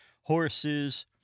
horses